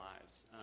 lives